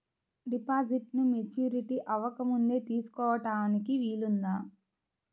డిపాజిట్ను మెచ్యూరిటీ అవ్వకముందే తీసుకోటానికి వీలుందా?